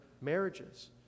marriages